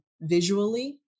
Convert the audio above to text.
visually